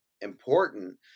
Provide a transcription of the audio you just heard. important